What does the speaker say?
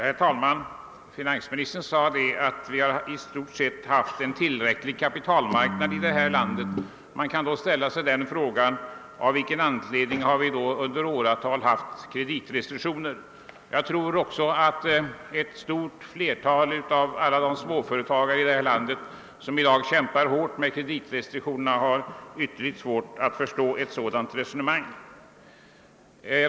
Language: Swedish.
Herr talman! Finansministern sade att kapitalmarknaden här i landet i stort sett har varit tillräckligt stor. Man kan fråga sig av vilken anledning vi i så fall under åratal har haft kreditrestriktioner. Jag tror också att ett flertal av alla de småföretagare här i landet som i dag kämpar hårt med kreditrestriktionerna har svårt att förstå ett sådant resonemang.